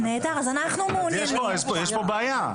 אז יש פה בעיה.